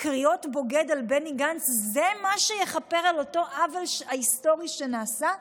קריאות "בוגד" על בני גנץ זה מה שיכפר על אותו עוול היסטורי שנעשה?